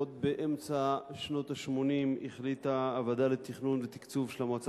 עוד באמצע שנות ה-80 החליטה הוועדה לתכנון ותקצוב של המועצה